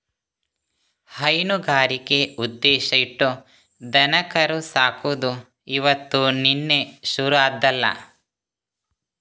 ಹೈನುಗಾರಿಕೆ ಉದ್ದೇಶ ಇಟ್ಟು ದನಕರು ಸಾಕುದು ಇವತ್ತು ನಿನ್ನೆ ಶುರು ಆದ್ದಲ್ಲ